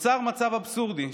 נוצר מצב אבסורדי,